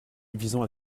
visant